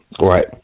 Right